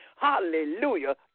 hallelujah